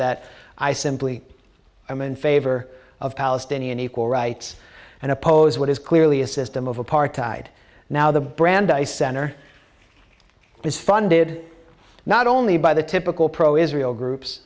that i simply am in favor of palestinian equal rights and oppose what is clearly a system of apartheid now the brandeis center is funded not only by the typical pro israel groups